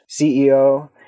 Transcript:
CEO